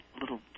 little